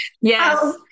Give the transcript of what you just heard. Yes